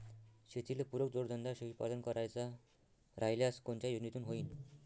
शेतीले पुरक जोडधंदा शेळीपालन करायचा राह्यल्यास कोनच्या योजनेतून होईन?